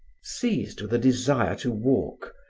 seized with a desire to walk,